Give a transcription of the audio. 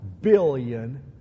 billion